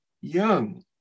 young